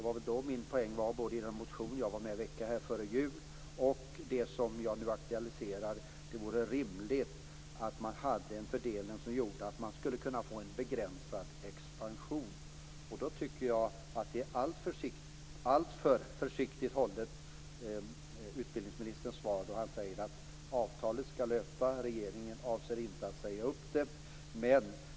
Poängen beträffande både den motion som jag var med om att väcka här före jul och det som jag nu aktualiserar är att det vore rimligt att ha en fördelning som gör att det blir en begränsad expansion. Därför tycker jag att utbildningsministerns svar är alltför försiktigt hållet när han säger att avtalet skall löpa och att regeringen inte avser att säga upp det.